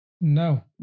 no